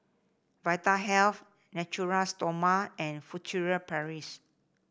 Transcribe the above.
Vitahealth Natura Stoma and Furtere Paris